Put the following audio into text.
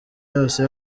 yose